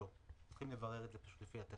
לפי התקנות צריך לברר את זה.